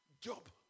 Job